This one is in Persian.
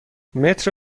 متر